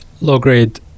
Low-grade